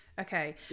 Okay